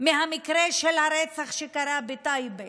ממקרה הרצח שקרה בטייבה